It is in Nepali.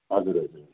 हजुर हजुर